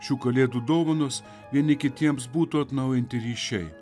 šių kalėdų dovanos vieni kitiems būtų atnaujinti ryšiai